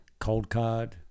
ColdCard